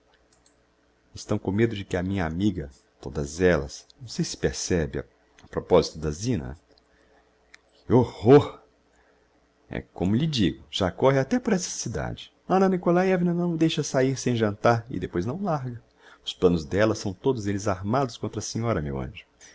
estão com medo de que a minha amiga todas ellas não sei se percebe a proposito da zina que horror é como lhe digo já corre até por essa cidade a anna nikolaievna não o deixa saír sem jantar e depois não o larga os planos d'ella são todos elles armados contra a senhora meu anjo